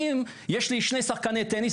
אם יש לי שני שחקני טניס,